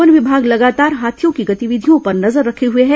one विमाग लगातार हाथियों की गतिविधियों पर नजर रखे हुए हैं